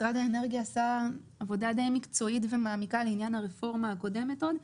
משרד האנרגיה עשה עבודה די מקצועית ומעמיקה לעניין הרפורמה הקודמת עוד,